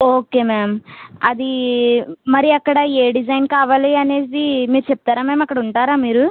okay ma'am అది మరి అక్కడ ఏ డిజైన్ కావాలి అనేసి మీరు చెప్తారా మేము అక్కడ ఉంటారా మీరు